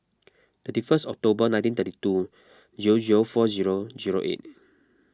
thirty first October nineteen thirty two zero zero four zero zero eight